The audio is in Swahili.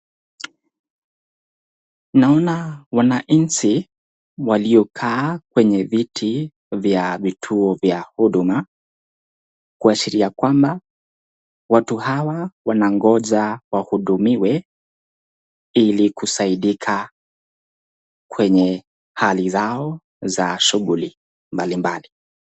Naona wananchi waliokaa kwenye viti vya vituo vya huduma. kuashiria kwamba watu hawa wanangoja wahudumiwe ili kusaidika kwenye hali zao za shughuli mbalimbali.